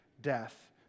death